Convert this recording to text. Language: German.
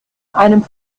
einem